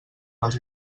les